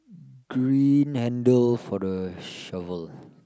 green handle for the shovel